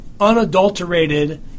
unadulterated